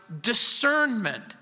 discernment